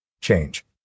change